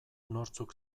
nortzuk